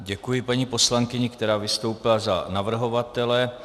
Děkuji paní poslankyni, která vystoupila za navrhovatele.